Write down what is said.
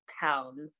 pounds